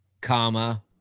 comma